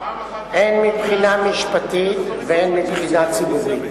הן מבחינה משפטית והן מבחינה ציבורית.